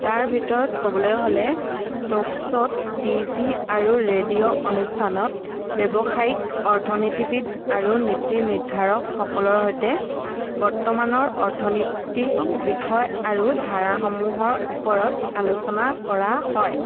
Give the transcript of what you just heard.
তাৰ ভিতৰত ক'বলৈ হ'লে টক শ্ব'ত টিভি আৰু ৰেডিঅ' অনুষ্ঠানত ব্যৱসায়িক অৰ্থনীতিবিদ আৰু নীতি নিৰ্ধাৰকসকলৰ সৈতে বৰ্তমানৰ অৰ্থনীতিক বিষয় আৰু ধাৰাসমূহৰ ওপৰত আলোচনা কৰা হয়